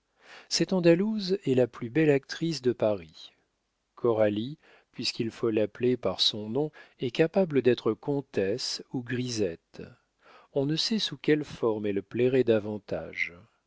cette andalouse est la plus belle actrice de paris coralie puisqu'il faut l'appeler par son nom est capable d'être comtesse ou grisette on ne sait sous quelle forme elle plairait davantage